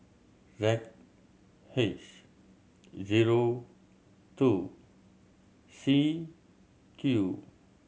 Z H zero two C Q